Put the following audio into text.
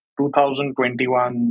2021